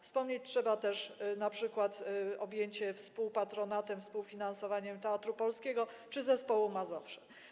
Wspomnieć trzeba też np. objęcie współpatronatem, współfinansowaniem Teatru Polskiego czy zespołu Mazowsze.